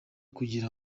kugira